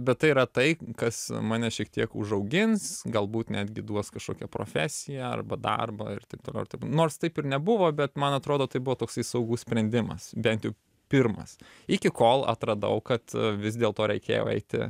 bet tai yra tai kas mane šiek tiek užaugins galbūt netgi duos kažkokią profesiją arba darbą ir taip toliau nors taip ir nebuvo bet man atrodo tai buvo toksai saugus sprendimas bent jau pirmas iki kol atradau kad vis dėl to reikėjo eiti